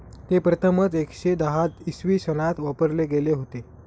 ते प्रथमच एकशे दहा इसवी सनात वापरले गेले होते